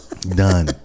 Done